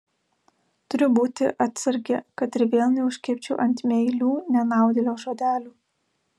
turiu būti atsargi kad ir vėl neužkibčiau ant meilių nenaudėlio žodelių